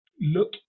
look